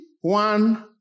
One